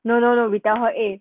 no no no we tell her eh